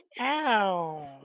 Ow